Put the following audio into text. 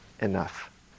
enough